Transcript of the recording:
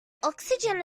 oxygen